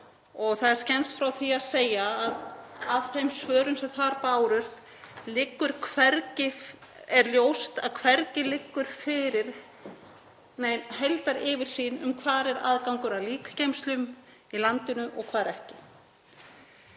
Það er skemmst frá því að segja að af þeim svörum sem þar bárust er ljóst að hvergi liggur fyrir nein heildaryfirsýn um hvar er aðgangur að líkgeymslum í landinu og hvar ekki.